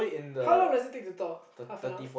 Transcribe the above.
how long does it take to thaw half an hour